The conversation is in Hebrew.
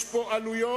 יש פה עלויות